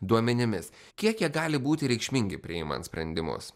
duomenimis kiek jie gali būti reikšmingi priimant sprendimus